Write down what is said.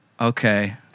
Okay